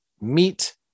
meet